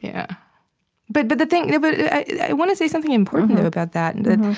yeah but but the thing but i want to say something important about that. and